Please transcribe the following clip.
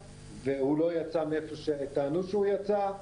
נכון והוא לא יצא מהיכן שטענו שהוא יצא,